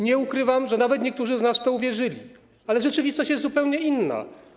Nie ukrywam, że nawet niektórzy z nas w to uwierzyli, ale rzeczywistość jest zupełnie inna.